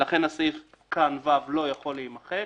ולכן הסעיף כאן (ו) לא יכול להימחק.